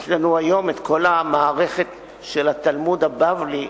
יש לנו היום כל המערכת של התלמוד הבבלי,